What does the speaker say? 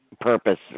purpose